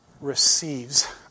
receives